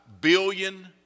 billion